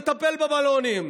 נטפל בבלונים.